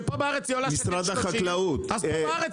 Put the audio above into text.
שפה בארץ היא עולה 1.30 ₪-- משרד החקלאות ---- אז פה בארץ,